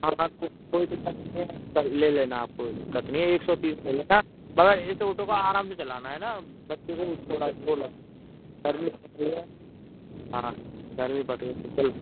हाँ तो कोई दिक्कत नहीं है सर ले लेना आप कोई दिक्कत नहीं है एक सौ तीस ले लेना मगर इस ओटो को आराम से चलाना है ना बच्चे को वी थोड़ा वो लग गर्मी पड़ रही है हाँ हाँ गर्मी पड़ रही है इस्पेसल